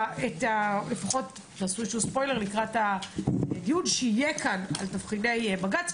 או לפחות תעשו איזשהו ספוילר לקראת הדיון שיהיה כאן על תבחיני בג"ץ,